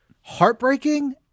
heartbreaking